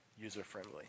user-friendly